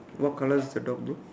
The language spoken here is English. what colour is the dog blue